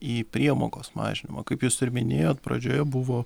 į priemokos mažinimą kaip jūs minėjot pradžioje buvo